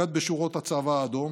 מג"ד בשורות הצבא האדום,